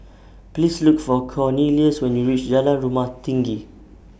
Please Look For Cornelious when YOU REACH Jalan Rumah Tinggi